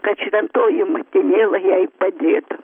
kad šventoji motinėla jai padėtų